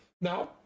Now